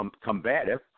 combative